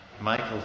Michael